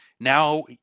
Now